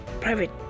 private